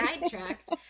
sidetracked